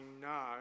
no